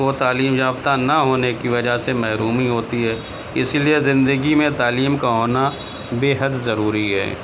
وہ تعلیم یافتہ نہ ہونے کی وجہ سے محرومی ہوتی ہے اسی لیے زندگی میں تعلیم کا ہونا بےحد ضروری ہے